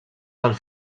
del